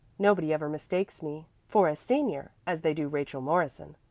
nobody ever mistakes me for a senior, as they do rachel morrison.